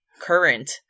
current